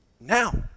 now